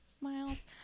Miles